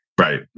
Right